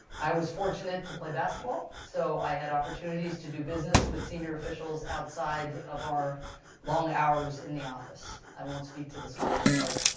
i was fortunate to play basketball. so i had opportunities to do business with senior officials outside of our long hours in the office. i won't speak to the swearing part.